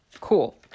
cool